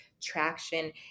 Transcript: Traction